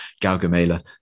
Galgamela